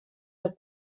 del